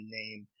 name